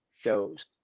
shows